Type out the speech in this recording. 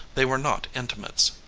they were not intimates.